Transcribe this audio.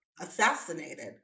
assassinated